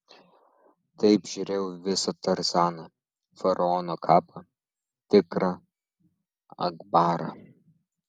taip žiūrėjau visą tarzaną faraono kapą tigrą akbarą